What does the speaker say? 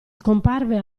scomparve